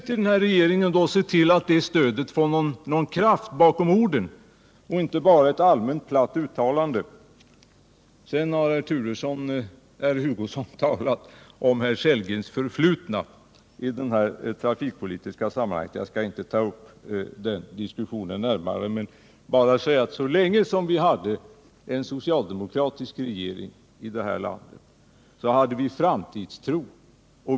Vänd er då till regeringen och se till att det blir någon kraft bakom orden och inte stannar vid en allmänt platt uttalande. Herr Hugosson har redan talat om herr Sellgrens förflutna i detta trafikpolitiska sammanhang, och jag skall inte närmare gå in på den diskussionen. Jag vill bara säga att så länge vi hade en socialdemokratisk regering i det här landet, så hade vi också en framtidstro.